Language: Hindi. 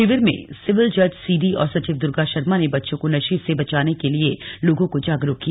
शिविर में सिविल जज सीडी और सचिव दुर्गा शर्मा ने बच्चों को नशे से बचाने के लिए लोगों को जागरूक किया